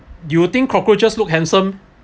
you will think cockroaches look handsome